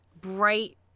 bright